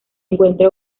encuentra